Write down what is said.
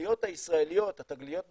והתגליות הישראליות, התגליות בקפריסין,